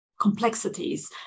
complexities